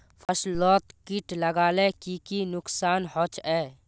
फसलोत किट लगाले की की नुकसान होचए?